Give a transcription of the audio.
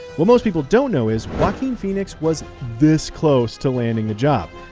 what most people don't know is joaquin phoenix was this close to landing the job.